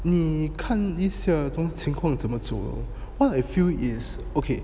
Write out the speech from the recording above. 你看 this err 情况怎么做 lor what I feel is okay